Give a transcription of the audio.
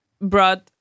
brought